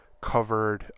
covered